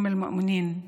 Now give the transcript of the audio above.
אם המאמינים,)